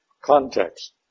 context